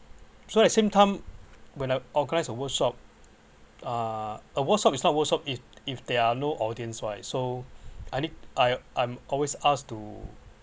so at same time when I organise a workshop uh a workshop is not a workshop it if there are no audience wise so I need I’m I'm always asked to